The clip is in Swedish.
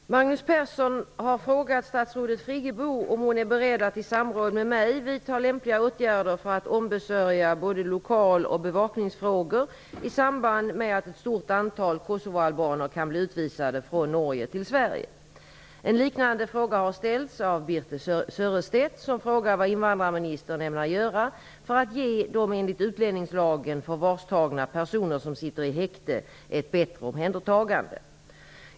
Fru talman! Magnus Persson har frågat statsrådet Friggebo om hon är beredd att i samråd med mig vidta lämpliga åtgärder för att ombesörja både lokal och bevakningsfrågor i samband med att ett stort antal kosovoalbaner kan bli utvisade från En liknande fråga har ställts av Birthe Sörestedt som frågar vad invandrarministern ämnar göra för att ge de enligt utlänningslagen förvarstagna personer som sitter i häkte ett bättre omhändertagande.